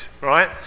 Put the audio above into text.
right